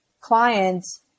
clients